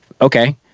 Okay